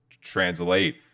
translate